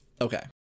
Okay